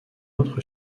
autre